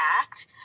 act